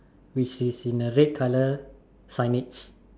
which is in a red colour signage